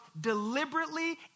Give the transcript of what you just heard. deliberately